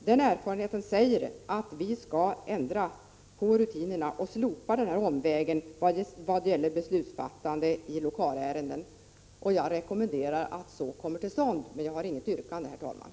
Den erfarenheten säger att vi skall ändra på rutinerna och slopa omvägen vad gäller beslutsfattande i lokalärenden. Jag rekommenderar att detta kommer till stånd men har, herr talman, inget yrkande.